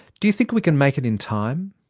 do you think we can make it in time?